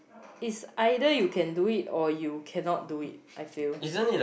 is either you can do it or you cannot do it I feel